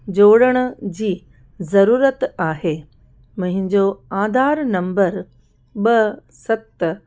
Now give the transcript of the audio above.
जोड़ण जी ज़रुरत आहे मुहिंजो आधार नम्बर ॿ सत